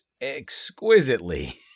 exquisitely